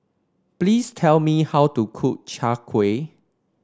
please tell me how to cook Chai Kuih